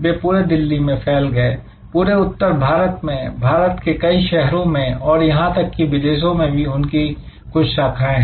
वे पूरे दिल्ली में फैल गए पूरे उत्तर भारत में भारत के कई शहरों में और यहां तक कि विदेशों में भी उनकी कुछ शाखाएं हैं